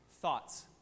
Thoughts